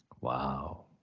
Wow